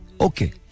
Okay